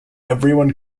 everyone